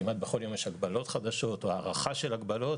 כמעט בכל יום יש הגבלות חדשות או הארכה של הגבלות,